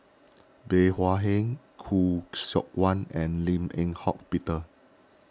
Bey Hua Heng Khoo Seok Wan and Lim Eng Hock Peter